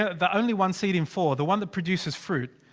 the only one seed in four the one that produces fruit.